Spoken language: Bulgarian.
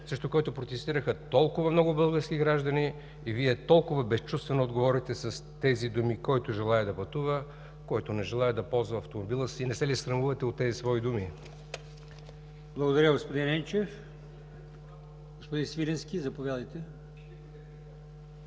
срещу което протестираха толкова много български граждани и Вие толкова безчувствено отговорихте с тези думи: „Който желае – да пътува, който не желае – да не ползва автомобила си.” Не се ли срамувате от тези свои думи? ПРЕДСЕДАТЕЛ АЛИОСМАН ИМАМОВ: Благодаря, господин Енчев. Господин Свиленски, заповядайте.